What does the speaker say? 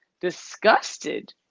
disgusted